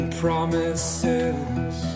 promises